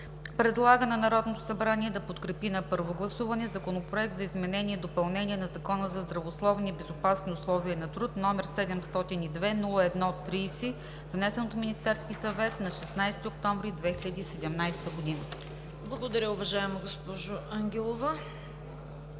Предлага на Народното събрание да подкрепи на първо гласуване Законопроект за изменение и допълнение на Закона за здравословни и безопасни условия на труд, № 702-01-30, внесен от Министерския съвет на 16 октомври 2017 г.“ ПРЕДСЕДАТЕЛ ЦВЕТА КАРАЯНЧЕВА: Благодаря Ви, уважаема госпожо Ангелова.